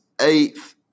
Eighth